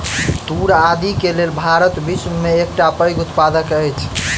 तूर आदि के लेल भारत विश्व में एकटा पैघ उत्पादक अछि